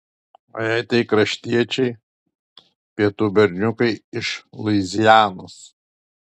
o jei tai kraštiečiai pietų berniukai iš luizianos